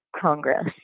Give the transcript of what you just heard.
congress